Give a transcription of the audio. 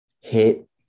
hit